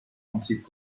antrieb